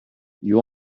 you